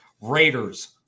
Raiders